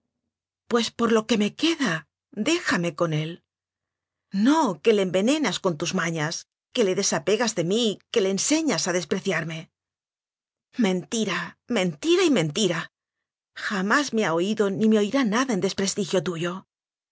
pues por lo que me queda déjame con él no que le envenenas con tus mañas mz que le desapegas de mí que le enseñas a des j ao preciarme o mentira mentira y mentira jamás me o o ha oído ni me oirá nada en desprestigio tuyo